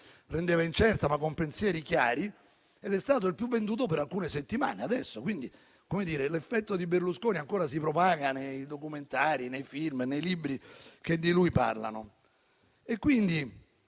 rendeva incerta, ma con pensieri chiari, è stato il libro più venduto per alcune settimane. Quindi, l'effetto Berlusconi ancora si propaga nei documentari, nei film, nei libri che di lui parlano. È